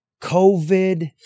COVID